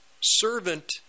servant